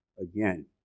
again